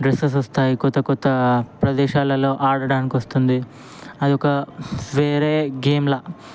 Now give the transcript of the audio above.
dresses వస్తాయి కొత్త కొత్త ప్రదేశాలలో ఆడడానికి వస్తుంది అది ఒక వేరే గేమ్లా